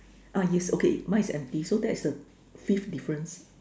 ah yes okay mine is empty so that's the fifth difference